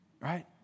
right